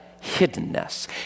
hiddenness